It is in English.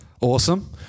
Awesome